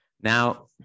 now